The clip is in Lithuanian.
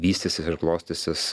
vystysis ir klostysis